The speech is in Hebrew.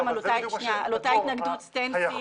על אותה התנגדות stand still כמו האחרים.